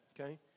okay